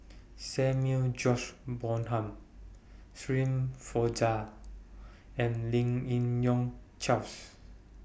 Samuel George Bonham Shirin Fozdar and Lim Yi Yong Charles